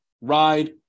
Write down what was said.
ride